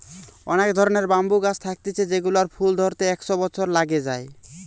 অনেক ধরণের ব্যাম্বু গাছ থাকতিছে যেগুলার ফুল ধরতে একশ বছর লাগে যায়